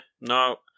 no